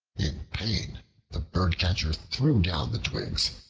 in pain the birdcatcher threw down the twigs,